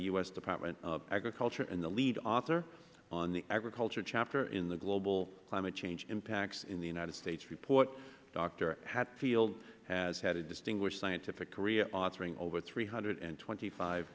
s department of agriculture and the lead author on the agriculture chapter in the global climate change impacts on the united states report doctor hatfield has had a distinguished scientific career authoring over three hundred and twenty five